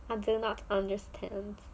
until not understand